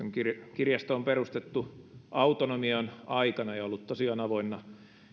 kirjasto on perustettu autonomian aikana ja ollut tosiaan avoinna